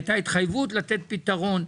הייתה התחייבות לתת פתרון.